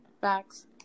Facts